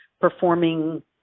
performing